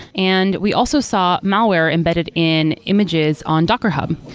and we also saw malware embedded in images on docker hub.